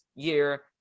year